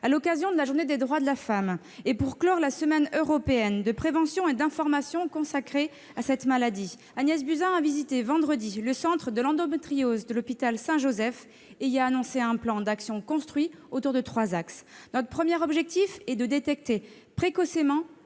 À l'occasion de la journée internationale des femmes et pour clore la semaine européenne de prévention et d'information consacrée à cette maladie, Agnès Buzyn a visité vendredi dernier le centre de l'endométriose de l'hôpital Saint-Joseph et y a annoncé le lancement d'un plan d'action s'articulant autour de trois axes. Notre premier objectif est de détecter précocement